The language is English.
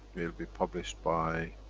will be published by,